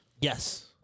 Yes